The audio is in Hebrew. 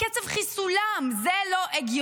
את לא לבד.